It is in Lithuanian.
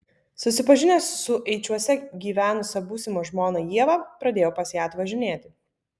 susipažinęs su eičiuose gyvenusia būsima žmona ieva pradėjau pas ją atvažinėti